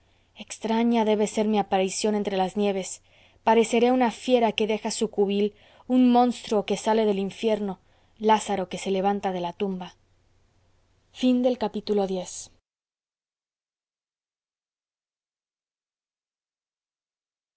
extraña debe ser mi aparición entre las nieves pareceré una fiera que deja su cubil un monstruo que sale del infierno lázaro que se levanta de la tumba xi